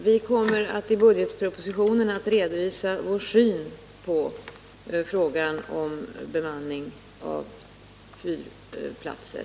Herr talman! Vi kommer i budgetpropositionen att redovisa vår syn på frågan om bemanning av fyrplatser.